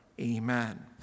Amen